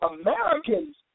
Americans